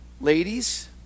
ladies